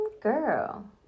girl